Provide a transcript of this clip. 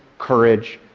courage,